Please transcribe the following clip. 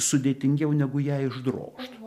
sudėtingiau negu ją išdrožt